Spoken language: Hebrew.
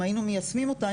אם היינו מיישמים אותה,